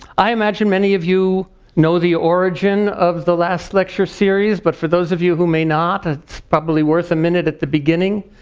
i imagine many of you know the origin of the last lecture series, but for those of you who may not, ah it's probably worth a minute at the beginning.